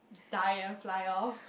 die and fly off